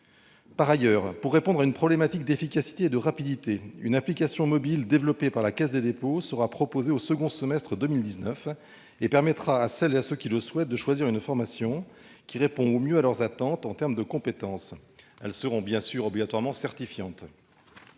Par ailleurs, pour répondre à une problématique d'efficacité et de rapidité, une application mobile développée par la Caisse des dépôts et consignations sera proposée au second semestre 2019. Elle permettra à celles et ceux qui le souhaitent de choisir une formation répondant au mieux à leurs attentes en termes de compétences. Bien sûr, ces formations seront obligatoirement certifiantes.